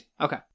Okay